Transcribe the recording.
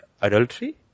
adultery